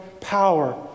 power